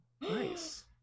Nice